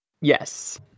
Yes